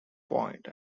point